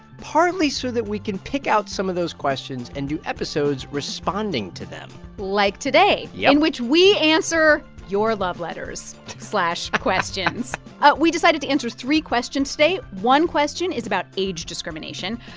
partly so that we can pick out some of those questions and do episodes responding to them like today. yep. in which we answer your love letters questions we decided to answer three questions today. one question is about age discrimination,